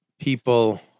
people